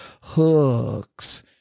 hooks